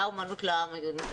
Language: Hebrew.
היה אומנות לעם.